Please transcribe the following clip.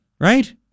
right